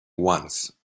once